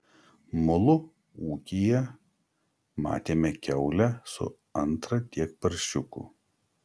mulu ūkyje matėme kiaulę su antra tiek paršiukų